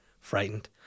Frightened